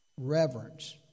reverence